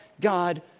God